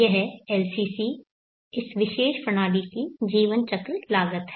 यह LCC इस विशेष प्रणाली की जीवन चक्र लागत है